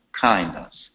kindness